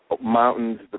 mountains